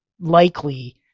likely